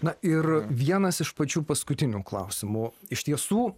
na ir vienas iš pačių paskutinių klausimų iš tiesų